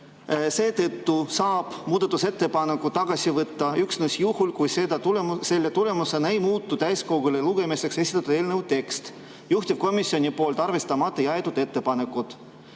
"Seetõttu saab muudatusettepaneku tagasi võtta üksnes juhul, kui selle tulemusena ei muutu täiskogule lugemiseks esitatud eelnõu tekst (juhtivkomisjoni poolt arvestamata jäetud ettepanekud)."